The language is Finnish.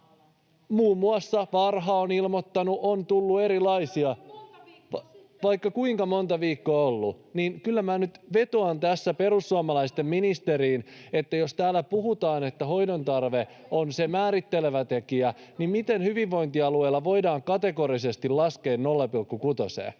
[Mia Laihon ja Krista Kiurun välihuudot] — Vaikka kuinka monta viikkoa on ollut. — Kyllä minä nyt vetoan tässä perussuomalaisten ministeriin, että jos täällä puhutaan, että hoidon tarve on se määrittelevä tekijä, niin miten hyvinvointialueilla voidaan kategorisesti laskea 0,6:een.